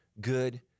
good